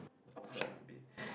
that might be